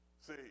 See